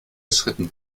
schritten